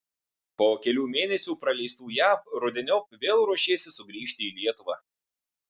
po kelių mėnesių praleistų jav rudeniop vėl ruošiesi sugrįžti į lietuvą